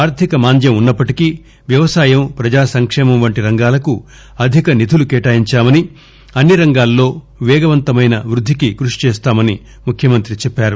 ఆర్దిక మాంద్యం వున్స ప్పటికీ వ్యవసాయం ప్రజా సంకేమం వంటి రంగాలకు అధిక నిధులు కేటాయించామని అన్ని రంగాలలో పేగవంతమైన వృద్దికి కృషి చేస్తామని ముఖ్యమంత్రి చెప్పారు